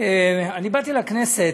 כשבאתי לכנסת,